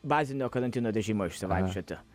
bazinio karantino režimo išsivaikščioti